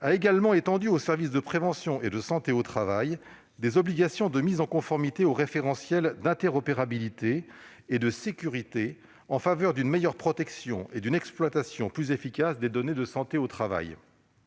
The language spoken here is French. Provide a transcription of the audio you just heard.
elle a étendu aux services de prévention et de santé au travail des obligations de mise en conformité aux référentiels d'interopérabilité et de sécurité, en faveur d'une meilleure protection et d'une exploitation plus efficace des données en santé au travail.